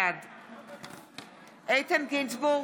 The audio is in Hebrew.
בעד איתן גינזבורג,